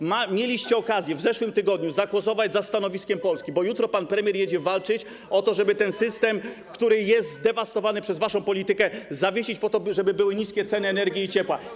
Mieliście okazję w zeszłym tygodniu zagłosować za stanowiskiem Polski, bo jutro pan premier jedzie walczyć o to, żeby ten system, który jest zdewastowany przez waszą politykę, zawiesić po to, żeby były niskie ceny energii i ciepła.